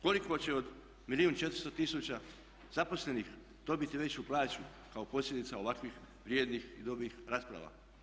Koliko će od milijun i 400 tisuća zaposlenih dobiti veću plaću kao posljedica ovakvih vrijednih i dobrih rasprava?